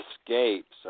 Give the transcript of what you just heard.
escapes